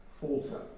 falter